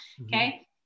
okay